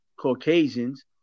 Caucasians